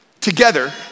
together